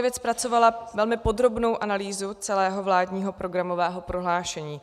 TOP 09 zpracovala velmi podrobnou analýzu celého vládního programového prohlášení.